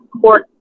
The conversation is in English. court